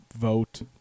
vote